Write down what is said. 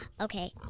Okay